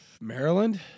Maryland